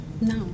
No